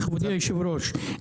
כבוד היושב ראש,